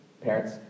Parents